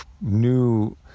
new